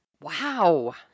Wow